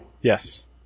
Yes